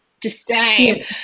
disdain